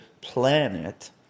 planet